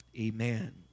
amen